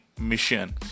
mission